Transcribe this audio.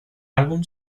álbum